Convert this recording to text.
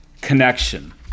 connection